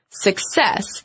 success